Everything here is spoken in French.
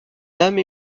dames